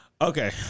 Okay